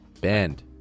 Bend